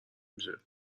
میشه